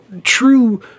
true